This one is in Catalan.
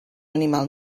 animal